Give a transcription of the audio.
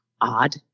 odd